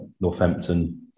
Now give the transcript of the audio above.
Northampton